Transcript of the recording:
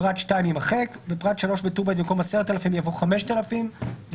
בפרט (4), בטור ב', במקום 3,000 יבוא 1,000. זה